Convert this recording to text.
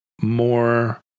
more